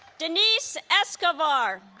denise escovar